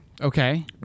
Okay